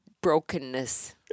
brokenness